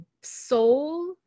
soul